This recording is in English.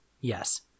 Yes